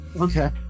Okay